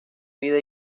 vida